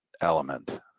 element